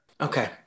Okay